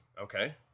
Okay